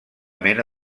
mena